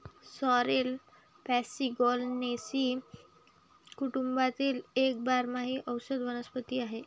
sorrel Polygonaceae कुटुंबातील एक बारमाही औषधी वनस्पती आहे